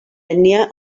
ètnia